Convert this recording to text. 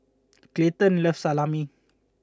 Clayton loves Salami